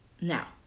Now